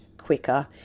quicker